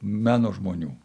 meno žmonių